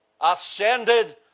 Ascended